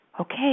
okay